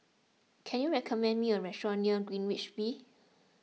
can you recommend me a restaurant near Greenwich V